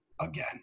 again